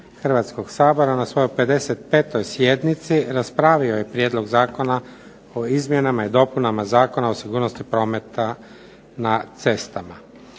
Hrvatskoga sabora na svojoj 55. sjednici raspravio je prijedlog Zakona o izmjenama i dopunama Zakona o sigurnosti prometa na cestama.